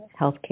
healthcare